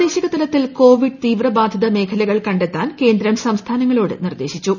പ്രാദേശിക തലത്തിൽ കോവിഡ് തീവ്രബാധിത മേഖലകൾ കണ്ടെത്താൻ കേന്ദ്രം സംസ്ഥാനങ്ങളോട് നിർദ്ദേശിച്ചു